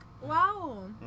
wow